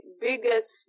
biggest